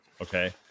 Okay